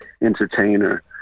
entertainer